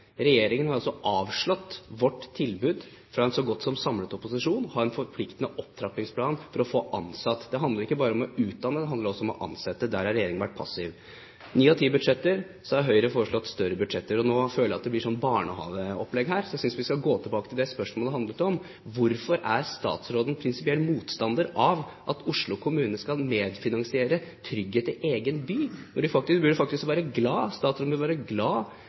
Regjeringen har altså avslått vårt tilbud, fra en så godt som samlet opposisjon, om å ha en forpliktende opptrappingsplan for å få ansatt. Det handler ikke bare om å utdanne, men det handler også om å ansette. Der har regjeringen vært passiv. I ni av ti budsjetter har Høyre foreslått større bevilgning. Nå føler jeg at det blir sånn barnehageopplegg her, så jeg synes vi skal gå tilbake til det spørsmålet handlet om: Hvorfor er statsråden prinsipiell motstander av at Oslo kommune skal medfinansiere trygghet i egen by? Statsråden burde faktisk være glad